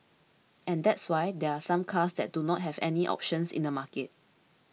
and that's why there are some cars that do not have any options in the market